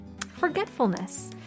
forgetfulness